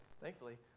Thankfully